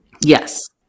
Yes